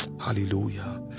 hallelujah